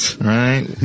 Right